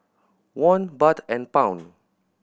Won Baht and Pound